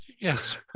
Yes